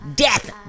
Death